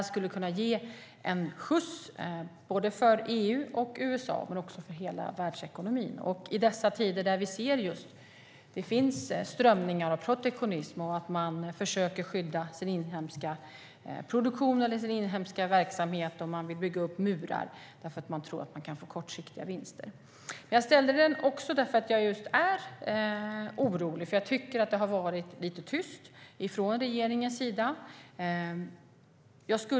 Såväl EU och USA som hela världsekonomin skulle kunna få en skjuts i dessa tider när vi ser strömningar av protektionism och att man försöker skydda sin inhemska produktion eller verksamhet och vill bygga upp murar därför att man tror att man kan få kortsiktiga vinster. Jag ställde interpellationen också därför att jag är orolig. Jag tycker att det har varit lite tyst från regeringens sida.